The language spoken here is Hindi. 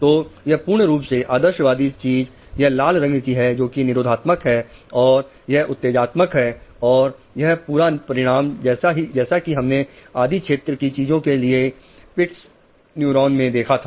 तो यह पूर्ण रूप से आदर्शवादी चीज यह लाल रंग की है जोकि निरोधात्मक है और यह उत्तेजातमक है और यह पूरा परिणाम जैसा कि हमने आदि क्षेत्र की चीज के लिए पिट्स न्यूरॉन मैं देखा था